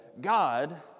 God